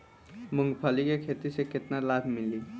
मूँगफली के खेती से केतना लाभ मिली?